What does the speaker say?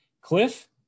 Cliff